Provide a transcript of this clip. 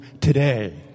today